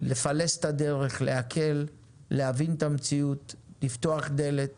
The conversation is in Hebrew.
לפלס את הדרך, להקל, להבין את המציאות, לפתוח דלת